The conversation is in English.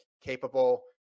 capable